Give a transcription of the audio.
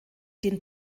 den